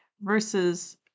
versus